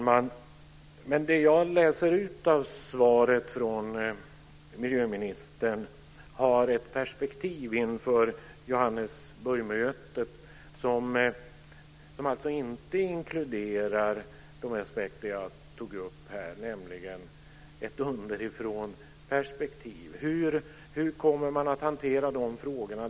Fru talman! Det jag utläser av svaret från miljöministern är ett perspektiv inför Johannesburgs-mötet som inte inkluderar den aspekt jag tog upp här, nämligen ett underifrånperspektiv. Hur kommer man att hantera de frågorna?